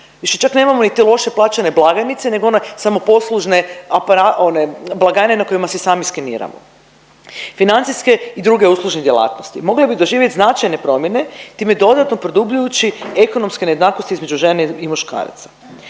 više čak nemamo niti loše plaćene blagajnice nego one samoposlužne apara… one blagajne na kojima si sami skeniramo, financijske i druge uslužne djelatnosti, mogle bi doživjet značajne promjene time dodatno produbljujući ekonomske nejednakosti između žena i muškaraca.